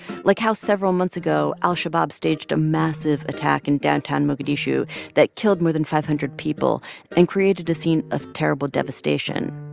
like how several months ago al-shabab staged a massive attack in downtown mogadishu that killed more than five hundred people and created a scene of terrible devastation.